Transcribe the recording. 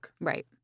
Right